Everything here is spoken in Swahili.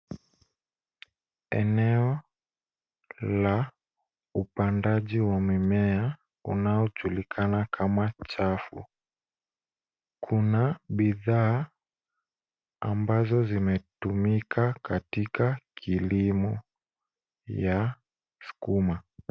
Eneo la upandaji wa mimea unaojulikana kama chafu. Kuna bidhaa ambazo zimetumika katika kilimo ya sukuma.